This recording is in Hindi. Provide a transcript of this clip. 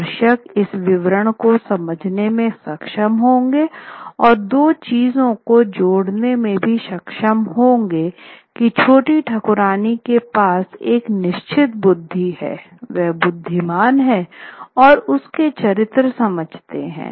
दर्शक इस विवरण को समझने में सक्षम होंगे और दो चीजों को जोड़ने में भी सक्षम होंगे कि छोटी ठाकुरायन के पास एक निश्चित बुद्धि है वह बुद्धिमान है और उसके चरित्र समझते हैं